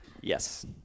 Yes